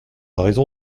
raison